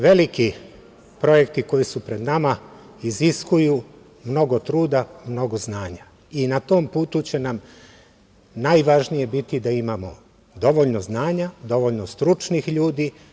Veliki projekti koji su pred nama iziskuju mnogo truda, mnogo znanja i na tom putu će nam najvažnije biti da imamo dovoljno znanja, dovoljno stručnih ljudi.